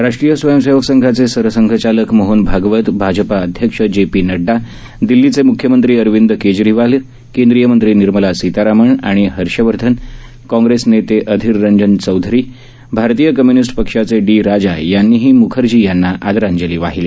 राष्ट्रीय स्वयंसेवक संघाचे सरसंघचालक मोहन भागवत भाजपा अध्यक्ष जे पी नइडा दिल्लीचे म्ख्यमंत्री अरविंद केजरीवाल केंद्रीय मंत्री निर्मला सीतारामन आणि हर्षवर्धन काँग्रेस नेते अधिर रंजन चौधरी भारतीय कम्य्निस्ट पक्षाचे डी राजा यांनीही मुखर्जी यांना आदरांजली वाहिली